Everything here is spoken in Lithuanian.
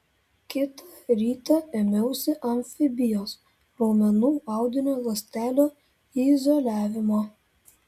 kitą rytą ėmiausi amfibijos raumenų audinio ląstelių izoliavimo